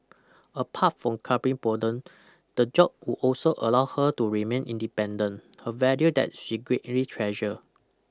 apart from curbing boredom the job would also allow her to remain independent a value that she greatly treasure